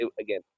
again